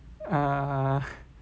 err